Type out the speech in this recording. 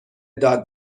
داد